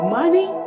money